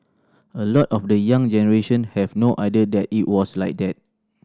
a lot of the young generation have no idea that it was like that